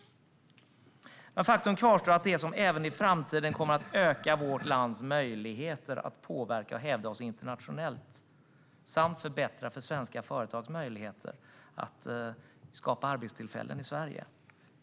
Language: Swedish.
Men faktum kvarstår: Ökad frihandel är det som även i framtiden kommer att öka vårt lands möjligheter att påverka och att hävda oss internationellt samt förbättra svenska företags möjligheter att skapa arbetstillfällen i Sverige.